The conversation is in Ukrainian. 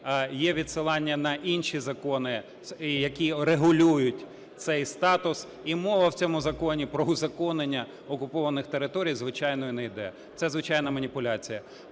є відсилання на інші закони, які регулюють цей статус. І мова в цьому законі про узаконення окупованих територій, звичайно, не йде, це звичайна маніпуляція.